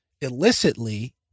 illicitly